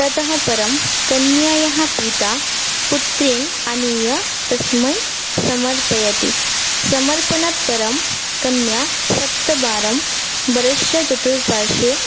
ततः परं कन्यायाः पिता पुत्रीम् आनीय तस्मै समर्पयति समर्पणात् परं कन्या सप्तवारं वरश्य चतुर्पार्श्वे